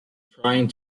trying